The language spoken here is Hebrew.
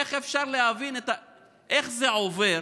איך אפשר להבין איך זה עובר